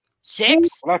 Six